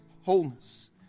wholeness